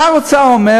שר האוצר אומר